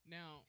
Now